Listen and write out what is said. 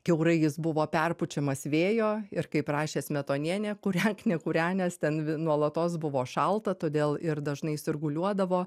kiaurai jis buvo perpučiamas vėjo ir kaip rašė smetonienė kūrenk nekūrenęs ten nuolatos buvo šalta todėl ir dažnai sirguliuodavo